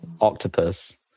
octopus